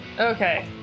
Okay